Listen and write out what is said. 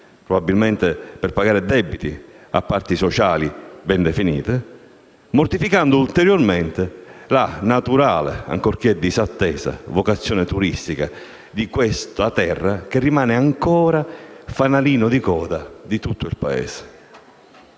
probabilmente per pagare debiti a parti sociali ben definite - mortificando ulteriormente la naturale, ancorché disattesa, vocazione turistica di questa terra, che rimane ancora il fanalino di coda di tutto il Paese.